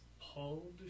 Paul